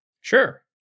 Sure